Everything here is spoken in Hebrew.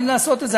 אם לעשות את זה.